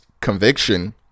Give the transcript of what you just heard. conviction